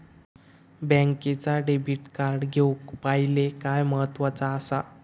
बँकेचा debit card घेउक पाहिले काय महत्वाचा असा?